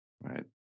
Right